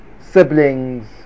siblings